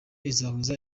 izahuza